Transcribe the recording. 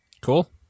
Cool